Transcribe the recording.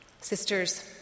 Sisters